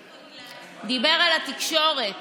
הוא דיבר על התקשורת